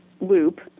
loop